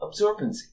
absorbency